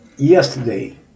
yesterday